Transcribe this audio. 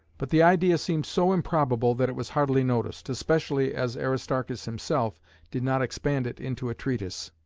but the idea seemed so improbable that it was hardly noticed, especially as aristarchus himself did not expand it into a treatise.